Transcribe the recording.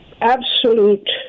absolute